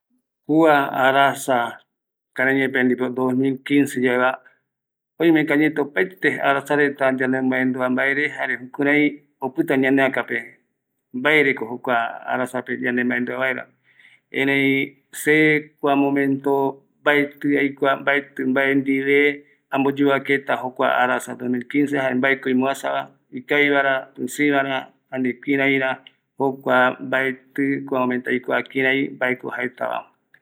kua arasa, arasa mokoi eta payandepo pandepope, oimeko añete opaete arasareta yande maendua mbaere jare jukurai opïta ñaneakape, mbaereko jokua arasape yande maendua vaera, erei se kua momento mbaetï aikua, mbatï mbae ndive ambo yovake vaeta jokua arasape, jare mbaeko moasava, ikavi vara, pïsïivara, ani kïräira, jokuaq mbaetï kua momento aikua kiaraï jare mbaeko jaetava.